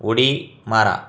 उडी मारा